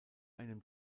einem